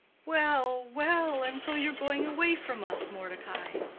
well, well! and so you're going away from us, mordecai.